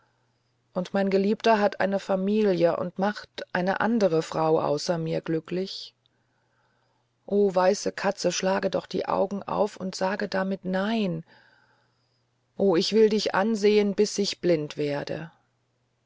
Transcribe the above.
und mein geliebter hat eine familie und macht eine andere frau außer mir glücklich o weiße katze schlage doch die augen auf und sage damit nein o ich will dich ansehen bis ich blind werde